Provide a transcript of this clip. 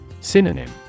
Synonym